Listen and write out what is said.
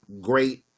great